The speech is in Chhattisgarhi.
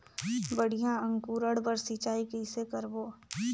बढ़िया अंकुरण बर सिंचाई कइसे करबो?